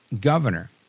governor